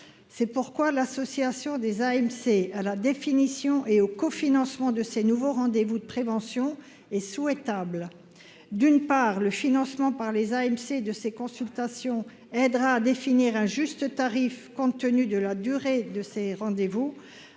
c'est pourquoi l'association des AMC à la définition et au cofinancement de ces nouveaux rendez-vous de prévention et souhaitable, d'une part, le financement par les AMC de ces consultations aidera à définir juste tarif compte tenu de la durée de ces rendez-vous,